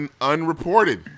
unreported